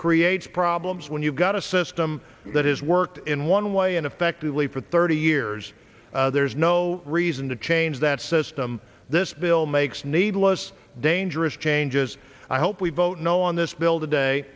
creates problems when you've got a system that has worked in one way and effectively for thirty years there's no reason to change that system this bill makes needless dangerous changes i hope we vote no on this bill today